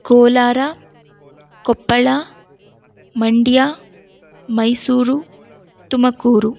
Kolar Koppal Mandya Mysuru Tumakuru